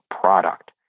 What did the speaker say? product